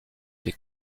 des